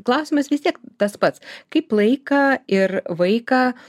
klausimas vis tiek tas pats kaip laiką ir vaiką